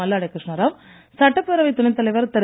மல்லாடி கிருஷ்ணாராவ் சட்டப்பேரவை துணைத்தலைவர் திரு